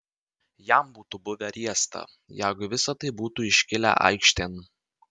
jam būtų buvę riesta jeigu visa tai būtų iškilę aikštėn